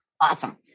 Awesome